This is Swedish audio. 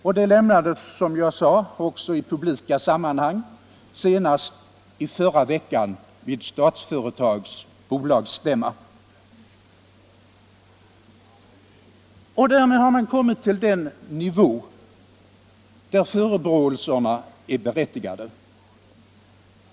Det har lämnats, som jag sade, också i publika sammanhang, senast i förra veckan vid Statsföretags bolagsstämma. Därmed har man kommit till den nivå där förebråelserna är berättigade.